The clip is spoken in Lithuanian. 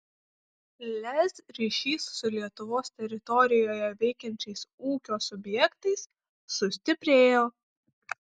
lez ryšys su lietuvos teritorijoje veikiančiais ūkio subjektais sustiprėjo